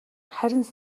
харин